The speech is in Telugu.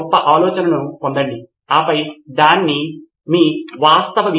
కనుక ఇది వర్డ్ డాక్యుమెంట్ లేదా పిడిఎఫ్ కావచ్చు కాబట్టి ఇది ఏ రకమైన మీడియా ఫైల్ అయినా కావచ్చు